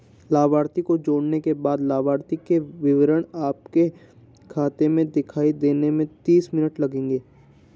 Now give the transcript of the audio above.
लाभार्थी को जोड़ने के बाद लाभार्थी के विवरण आपके खाते में दिखाई देने में तीस मिनट लगेंगे